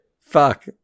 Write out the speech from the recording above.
Fuck